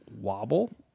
wobble